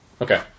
Okay